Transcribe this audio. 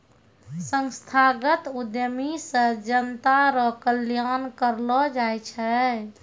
संस्थागत उद्यमी से जनता रो कल्याण करलौ जाय छै